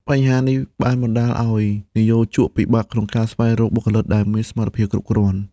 បញ្ហានេះបានបណ្ដាលឱ្យនិយោជកពិបាកក្នុងការស្វែងរកបុគ្គលិកដែលមានសមត្ថភាពគ្រប់គ្រាន់។